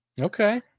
Okay